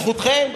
זכותכם,